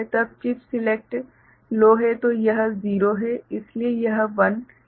जब chip select लो है तो यह 0 है इसलिए यह 1 ठीक है